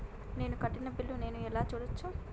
నేను కట్టిన బిల్లు ను నేను ఎలా చూడచ్చు?